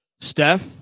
Steph